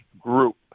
group